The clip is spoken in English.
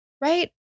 right